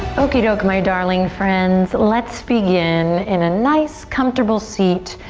okie doke, my darling friends, let's begin in a nice, comfortable seat.